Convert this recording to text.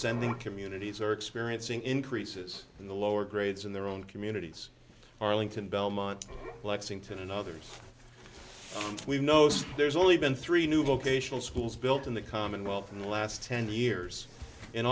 sending communities are experiencing increases in the lower grades in their own communities arlington belmont lexington and others we've noticed there's only been three new vocational schools built in the commonwealth in the last ten years and